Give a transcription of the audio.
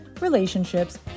relationships